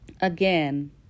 again